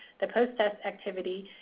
the post-test activity,